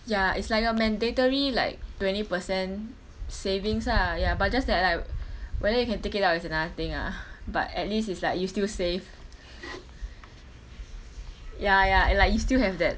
ya is like your mandatory like twenty percent savings ah ya but just that like whether you can take it out is another thing ah but at least is like you still save ya ya and like you still have that